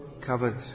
covered